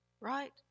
Right